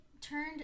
turned